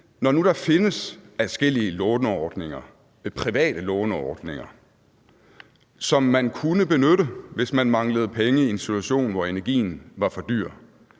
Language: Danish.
når der nu findes adskillige låneordninger, private låneordninger, som man kunne benytte, hvis man manglede penge i en situation, hvor energien var for dyr,